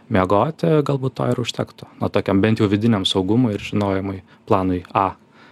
miegoti galbūt to ir užtektų na tokiam bent jau vidiniam saugumui ir žinojimui planui a